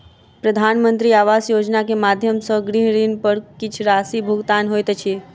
प्रधानमंत्री आवास योजना के माध्यम सॅ गृह ऋण पर किछ राशि भुगतान होइत अछि